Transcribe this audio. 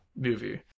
movie